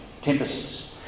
Tempests